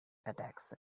attacks